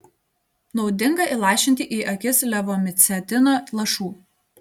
naudinga įlašinti į akis levomicetino lašų